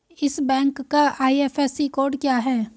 इस बैंक का IFSC code क्या है?